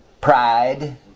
pride